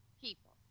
people